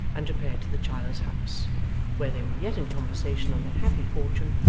and repaired to the child's house where they were yet in conversation on their happy fortune,